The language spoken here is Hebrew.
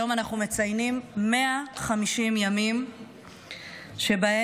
היום אנחנו מציינים 150 ימים שבהם